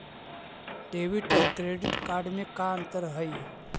Debit और credit card में का अंतर हइ?